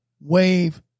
wave